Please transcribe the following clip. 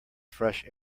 fresh